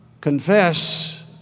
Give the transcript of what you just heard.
confess